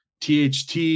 THT